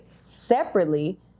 separately